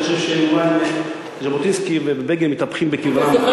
ואני חושב שז'בוטינסקי ובגין מתהפכים בקברם,